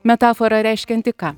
metafora reiškianti ką